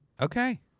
Okay